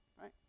right